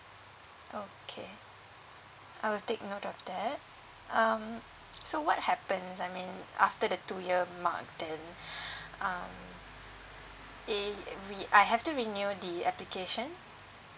okay I will take note of that um so what happens I mean after the two year mark then um a we I have to renew the application